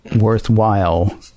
worthwhile